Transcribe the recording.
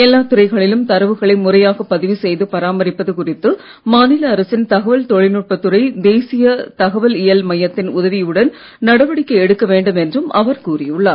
எல்லா துறைகளிலும் தரவுகளை முறையாக பதிவு செய்து பராமரிப்பது குறித்து மாநில அரசின் தகவல் தொழில்நுட்பத் துறை தேசிய தகவலியல் மையத்தின் உதவியுடன் நடவடிக்கை எடுக்க வேண்டும் என்றும் அவர் கூறியுள்ளார்